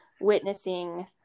witnessing